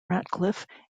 ratcliffe